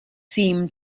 seem